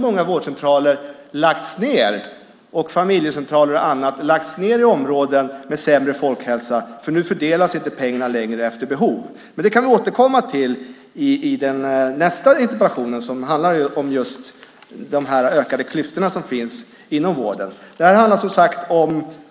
Många vårdcentraler, familjecentraler och annat har i stället lagts ned i områden med sämre folkhälsa eftersom pengarna inte längre fördelas efter behov. Det kan vi återkomma till i nästa interpellationsdebatt som handlar om just de ökade klyftorna som finns inom vården. Det här handlar, som sagt,